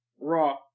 Raw